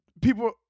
People